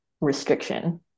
restriction